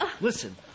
Listen